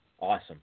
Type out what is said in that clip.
Awesome